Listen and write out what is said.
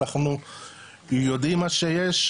אנחנו יודעים מה שיש,